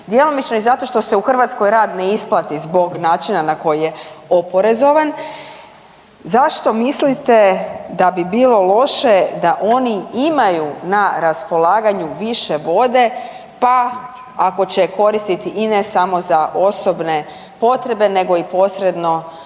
djelomično i zato što se u Hrvatskoj rad ne isplati zbog načina na koji je oporezovan, zašto mislite da bi bilo loše da oni imaju na raspolaganju više vode pa ako će koristiti i ne samo za osobne potrebe nego i posredno